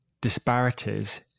disparities